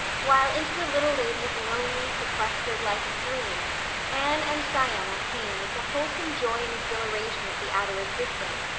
while into the little lady's lonely, sequestered life of dreams anne and diana came with the wholesome joy and exhilaration of the outer existence,